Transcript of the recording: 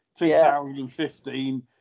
2015